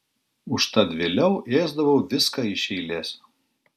užtat vėliau ėsdavau viską iš eilės